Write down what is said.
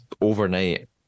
overnight